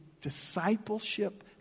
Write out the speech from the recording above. discipleship